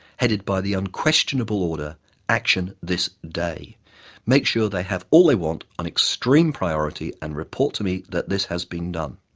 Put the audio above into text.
headed by the unquestionable order action this day make sure they have all they want on extreme priority and report to me that this had been done.